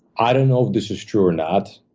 i don't know if this is true or not,